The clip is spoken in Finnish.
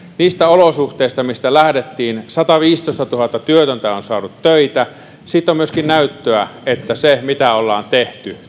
niistä olosuhteista mistä lähdettiin sataviisitoistatuhatta työtöntä on saanut töitä sitten on myöskin näyttöä siitä että se mitä ollaan tehty